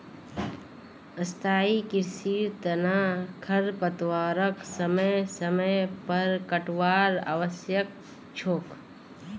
स्थाई कृषिर तना खरपतवारक समय समय पर काटवार आवश्यक छोक